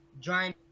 join